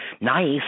nice